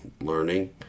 learning